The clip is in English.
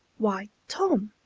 why, tom!